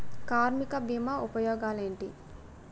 కార్మిక బీమా ఉపయోగాలేంటి?